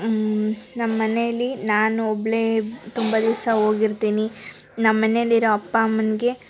ನಮ್ಮನೇಲಿ ನಾನು ಒಬ್ಳಳೇ ತುಂಬ ದಿವಸ ಹೋಗಿರ್ತಿನಿ ನಮ್ಮನೆಲಿರೊ ಅಪ್ಪ ಅಮ್ಮನಿಗೆ